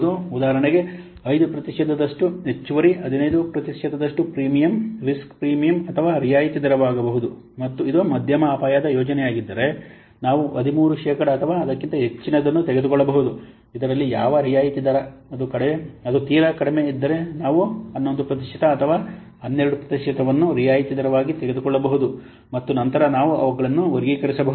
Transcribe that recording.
ಉದಾಹರಣೆಗೆ 5 ಪ್ರತಿಶತದಷ್ಟು ಹೆಚ್ಚುವರಿ 15 ಪ್ರತಿಶತದಷ್ಟು ಪ್ರೀಮಿಯಂ ರಿಸ್ಕ್ ಪ್ರೀಮಿಯಂ ಅಥವಾ ರಿಯಾಯಿತಿ ದರವಾಗಬಹುದು ಮತ್ತು ಇದು ಮಧ್ಯಮ ಅಪಾಯದ ಯೋಜನೆಯಾಗಿದ್ದರೆ ನಾವು 13 ಶೇಕಡಾ ಅಥವಾ ಅದಕ್ಕಿಂತ ಹೆಚ್ಚಿನದನ್ನು ತೆಗೆದುಕೊಳ್ಳಬಹುದು ಇದರಲ್ಲಿ ಯಾವ ರಿಯಾಯಿತಿ ದರ ಅದು ಇದ್ದರೆ ತೀರಾ ಕಡಿಮೆ ನಾವು 11 ಪ್ರತಿಶತ ಅಥವಾ 12 ಪ್ರತಿಶತವನ್ನು ರಿಯಾಯಿತಿ ದರವಾಗಿ ತೆಗೆದುಕೊಳ್ಳಬಹುದು ಮತ್ತು ನಂತರ ನಾವು ಅವುಗಳನ್ನು ವರ್ಗೀಕರಿಸಬಹುದು